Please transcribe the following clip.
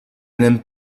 n’aime